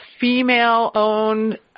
female-owned